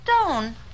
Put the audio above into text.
Stone